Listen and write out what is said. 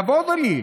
כבוד הוא לי.